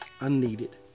unneeded